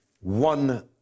one